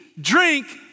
drink